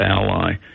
ally